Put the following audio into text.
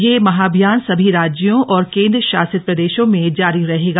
यह महाअभियान सभी राज्यों और केन्द्र शासित प्रदेशों में जारी रहेगा